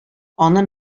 аны